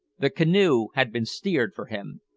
the canoe had been steered for him.